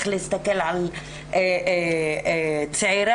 זה ברמה של טיפול מיידי,